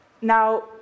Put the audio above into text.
Now